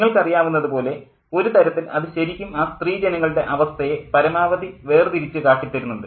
നിങ്ങൾക്കറിയാവുന്നതു പോലെ ഒരു തരത്തിൽ അത് ശരിക്കും ആ സ്ത്രീ ജനങ്ങളുടെ അവസ്ഥയെ പരമാവധി വേർതിരിച്ചു കാട്ടിത്തരുന്നുണ്ട്